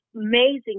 amazing